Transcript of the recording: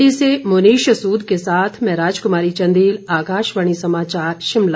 मंडी से मुनीष सूद के साथ मैं राजकुमारी चंदेल आकाशवाणी समाचार शिमला